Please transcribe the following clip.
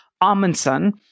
Amundsen